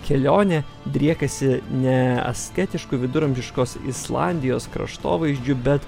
kelionė driekiasi ne asketišku viduramžiškos islandijos kraštovaizdžiu bet